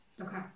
Okay